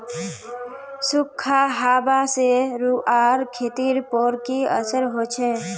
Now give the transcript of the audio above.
सुखखा हाबा से रूआँर खेतीर पोर की असर होचए?